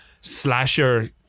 slasher